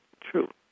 true